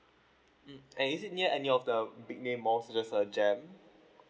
mm and is it near any of the big name mall such as a jam